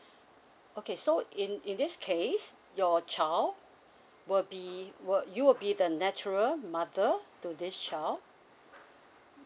okay so in in this case your child will be will you will be the natural mother to this child